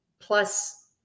plus